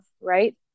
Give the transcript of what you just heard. right